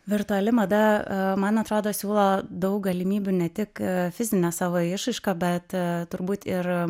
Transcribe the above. virtuali mada man atrodo siūlo daug galimybių ne tik fizinę savo išraišką bet turbūt ir